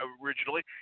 originally